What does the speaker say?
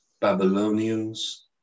Babylonians